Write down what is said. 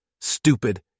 Stupid